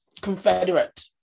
Confederate